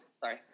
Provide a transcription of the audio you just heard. Sorry